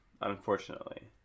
Unfortunately